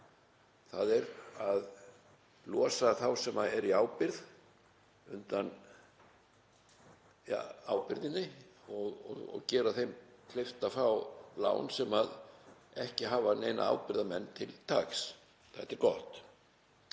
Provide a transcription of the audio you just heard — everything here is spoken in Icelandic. þ.e. að losa þá sem eru í ábyrgð undan ábyrgðinni og gera þeim kleift að fá lán sem ekki hafa neina ábyrgðarmenn til taks. Þetta er gott.